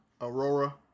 Aurora